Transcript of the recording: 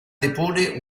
depone